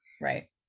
Right